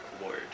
award